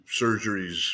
surgeries